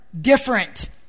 different